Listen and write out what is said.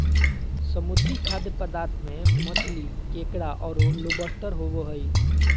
समुद्री खाद्य पदार्थ में मछली, केकड़ा औरो लोबस्टर होबो हइ